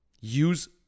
Use